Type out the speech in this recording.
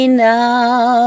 now